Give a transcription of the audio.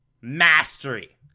mastery